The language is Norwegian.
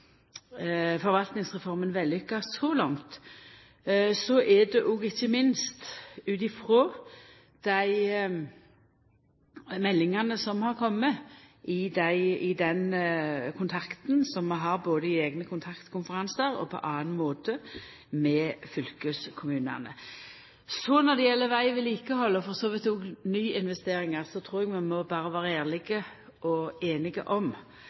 Forvaltningsreforma etter mitt syn er vellukka så langt, er det ikkje minst ut frå dei meldingane som har kome i den kontakten som vi har i eigne kontaktkonferansar og på annan måte med fylkeskommunane. Når det gjeld vegvedlikehald, og for så vidt òg nyinvesteringar, trur eg vi berre må vera ærlege og einige om